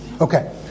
Okay